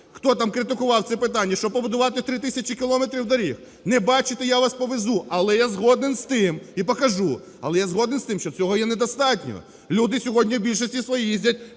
хто там критикував це питання, щоб побудувати 3 тисячі кілометрів доріг. Не бачите - я вас повезу. Але я згоден з тим і покажу, але я згоден з тим, що цього є недостатньо, люди сьогодні в більшості своїй їздять